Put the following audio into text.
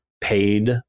paid